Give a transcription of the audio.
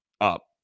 up